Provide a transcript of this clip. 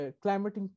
climate